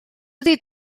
ydy